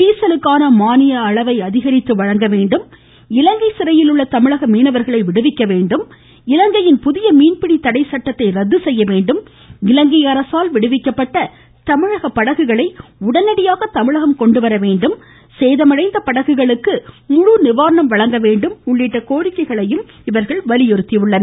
டீசலுக்கான மானிய அளவை அதிகரித்துவழங்க வேண்டும் இலங்கை சிறையில் உள்ள தமிழக மீனவர்களை விடுவிக்க வேண்டும் இலங்கையின் புதிய மீன்பிடி தடை சட்டத்தை ரத்து செய்யவேண்டும் இலங்கை அரசால் விடுவிக்கப்பட்ட தமிழக படகுகளை உடனடியாக தமிழகம் கொண்டு வர வேண்டும் சேதமடைந்த படகுகளுக்கு முழுநிவாரணம் வழங்க வேண்டும் உள்ளிட்ட கோரிக்கைகளையும் வலியுறுத்தி உள்ளனர்